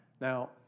Now